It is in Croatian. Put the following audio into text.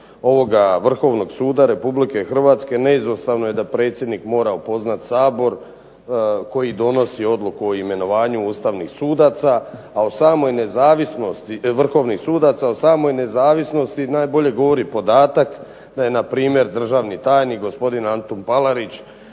ovoga Vrhovnog suda Republike Hrvatske, neizostavno je da predsjednik mora upoznati Sabor koji donosi Odluku o imenovanju Ustavnih sudaca, a o samoj nezavisnosti najbolje govori podatak da je na primjer državni tajnik gospodin Antun Palarić